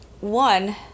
One